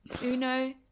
Uno